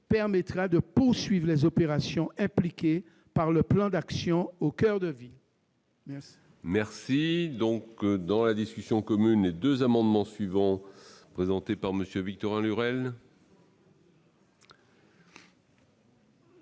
permettra de poursuivre les opérations impliquées par le plan « Action coeur de ville ».